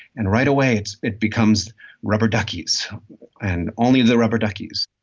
and right away it's it becomes rubber duckies and only the rubber duckies